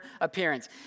appearance